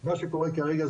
מה שקורה כרגע,